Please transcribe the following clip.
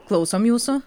klausom jūsų